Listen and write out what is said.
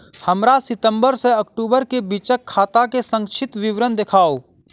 हमरा सितम्बर सँ अक्टूबर केँ बीचक खाता केँ संक्षिप्त विवरण देखाऊ?